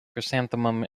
chrysanthemum